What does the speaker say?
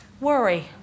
Worry